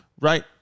Right